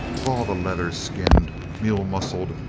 of all the leather-skinned, mule-muscled,